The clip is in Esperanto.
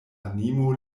animo